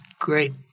great